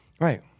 Right